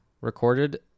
recorded